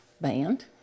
band